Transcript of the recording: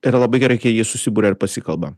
yra labai gerai kai jie susiburia ir pasikalba